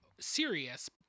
serious